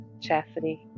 Chastity